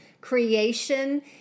creation